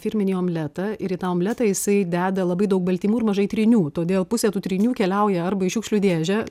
firminį omletą ir į tą omletą jisai deda labai daug baltymų ir mažai trynių todėl pusė tų trynių keliauja arba į šiukšlių dėžę